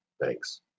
Thanks